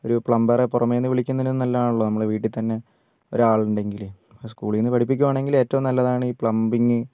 ഒരു പ്ലംബറെ പുറമെ നിന്ന് വിളിക്കുന്നതിലും നല്ലതാണല്ലോ നമ്മൾ വീട്ടിൽത്തന്നെ ഒരാളുണ്ടെങ്കിൽ ഇപ്പോൾ സ്കൂളിൽ നിന്ന് പഠിപ്പിക്കുകയാണെങ്കിൽ ഏറ്റവും നല്ലതാണ് ഈ പ്ലംബിംഗ്